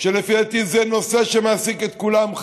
לפי דעתי זה נושא שמעסיק את כולם,